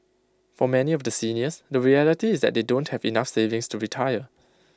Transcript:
for many of the seniors the reality is that they don't have enough savings to retire